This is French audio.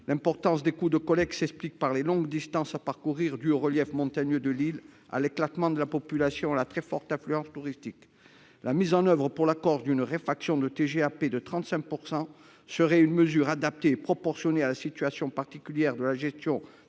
L’importance des coûts de collecte s’explique par les longues distances à parcourir dues au relief montagneux de l’île, à l’éclatement de la population et à la très forte affluence touristique. La mise en œuvre pour la Corse d’une réfaction de TGAP de 35 % serait une mesure adaptée et proportionnée à la situation particulière de la gestion